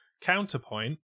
Counterpoint